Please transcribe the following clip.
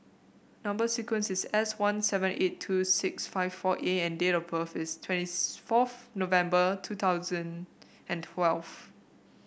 number sequence is S one seven eight two six five four A and date of birth is twenty fourth November two thousand and twelve